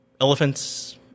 elephants